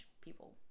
people